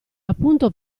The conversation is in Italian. appunto